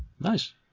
Nice